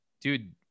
dude